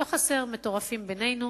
לא חסרים מטורפים בינינו